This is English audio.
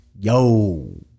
Yo